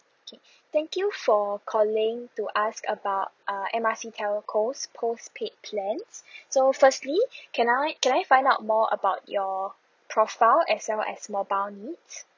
thank you for calling to ask about uh M R C telco's postpaid plans so firstly can I can I find out more about your profile as well as mobile needs